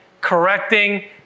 correcting